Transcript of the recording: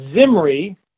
Zimri